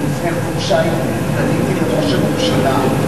לפני חודשיים פניתי לראש הממשלה,